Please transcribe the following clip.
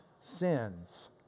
sins